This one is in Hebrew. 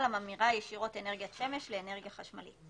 הממירה ישירות אנרגיית שמש לאנרגיה חשמלית.